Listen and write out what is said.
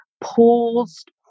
paused